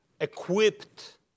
equipped